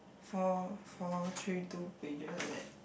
four four three two pages like that